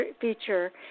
feature